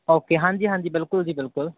okay ਹਾਂਜੀ ਹਾਂਜੀ ਬਿਲਕੁਲ ਜੀ ਬਿਲਕੁਲ